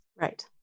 Right